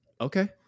Okay